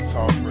Talk